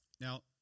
Now